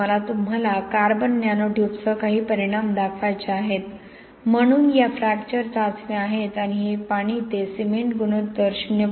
तर मला तुम्हाला कार्बन नॅनो ट्यूबसह काही परिणाम दाखवायचे आहेत म्हणून या फ्रॅक्चर चाचण्या आहेत आणि हे पाणी ते सिमेंट गुणोत्तर 0